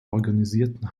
organisierten